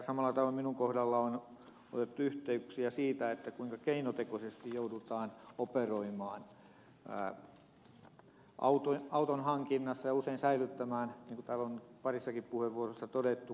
samalla tavalla minun kohdallani on otettu yhteyksiä siitä kuinka keinotekoisesti joudutaan operoimaan auton hankinnassa ja usein säilyttämään niin kuin täällä on parissakin puheenvuorossa todettu konteissa